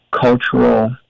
cultural